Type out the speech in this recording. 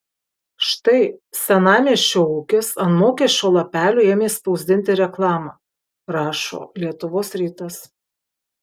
štai senamiesčio ūkis ant mokesčių lapelių ėmė spausdinti reklamą rašo lietuvos rytas